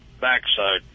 backside